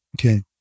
Okay